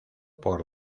por